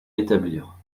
établir